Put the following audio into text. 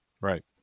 Right